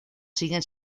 siguen